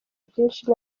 byinshi